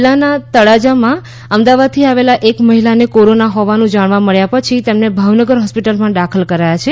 જિલ્લાનાં તળાજામાં અમદાવાદથી આવેલા એક મહીલાને કોરોના હોવાનું જાણવા મળવા પછી તેમને ભાવનગર હોસ્પીટલમાં દાખલ કરાયા છે